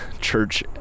church